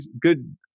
good